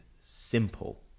simple